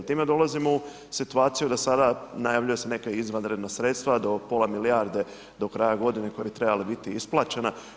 Time dolazimo u situaciju da sada najavljuju se neka izvanredna sredstva do pola milijarde do kraja godine koja bi trebala biti isplaćena.